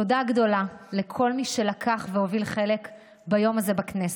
תודה גדולה לכל מי שלקח והוביל חלק ביום הזה בכנסת,